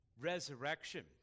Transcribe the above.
resurrection